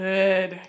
Good